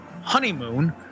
honeymoon